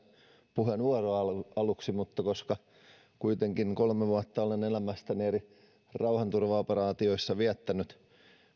puheenvuoroa aluksi mutta koska kuitenkin kolme vuotta olen elämästäni eri rauhanturvaoperaatioissa viettänyt